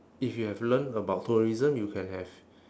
if you have learned about tourism you can have